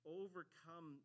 overcome